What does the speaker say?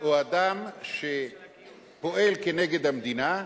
או אדם שפועל כנגד המדינה,